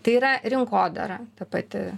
tai yra rinkodara ta pati